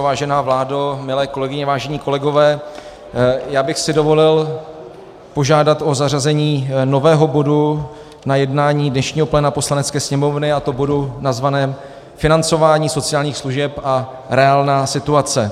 Vážená vládo, milé kolegyně, vážení kolegové, já bych si dovolil požádat o zařazení nového bodu na jednání dnešního pléna Poslanecké sněmovny, a to bodu nazvaném Financování sociálních služeb a reálná situace.